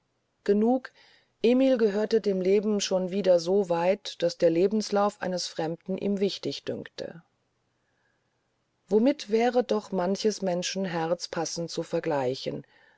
genug emil gehörte dem leben schon wieder so weit daß der lebenslauf eines fremden ihm wichtig dünkte womit wäre doch manches menschen herz passend zu vergleichen